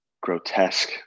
grotesque